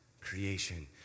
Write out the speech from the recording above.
creation